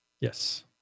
Yes